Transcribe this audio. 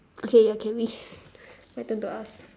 okay okay we my turn to ask